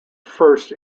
first